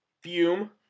fume